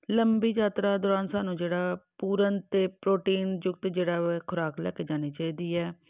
ਲੰਬੀ ਯਾਤਰਾ ਦੌਰਾਨ ਸਾਨੂੰ ਜਿਹੜਾ ਪੂਰਨ ਅਤੇ ਪ੍ਰੋਟੀਨ ਯੁਕਤ ਜਿਹੜਾ ਵਾ ਖੁਰਾਕ ਲੈ ਕੇ ਜਾਣੀ ਚਾਹੀਦੀ ਹੈ